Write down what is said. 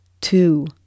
two